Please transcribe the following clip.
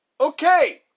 Okay